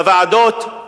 לוועדות,